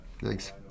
Thanks